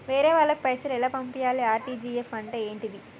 వేరే వాళ్ళకు పైసలు ఎలా పంపియ్యాలి? ఆర్.టి.జి.ఎస్ అంటే ఏంటిది?